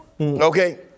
Okay